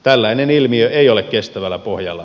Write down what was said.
tällainen ilmiö ei ole kestävällä pohjalla